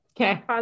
Okay